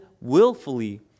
willfully